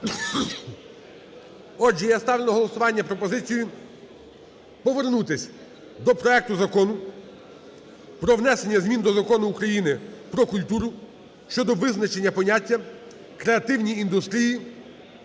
Отже, я ставлю на голосування пропозицію повернутись до проекту Закону про внесення змін до Закону України "Про культуру" (щодо визначення поняття "креативні індустрії")